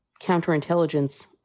counterintelligence